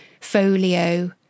folio